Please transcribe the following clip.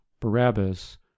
barabbas